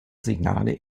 signale